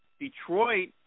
Detroit